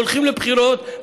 והולכים לבחירות,